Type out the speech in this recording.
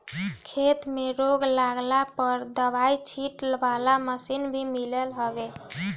खेते में रोग लागला पअ दवाई छीटे वाला मशीन भी मिलत हवे